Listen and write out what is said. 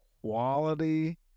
quality